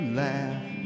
laugh